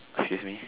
excuse me